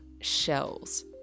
shells